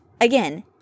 again